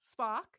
Spock